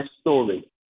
story